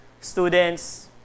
students